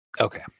Okay